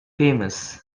famous